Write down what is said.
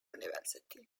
university